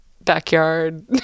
backyard